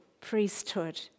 priesthood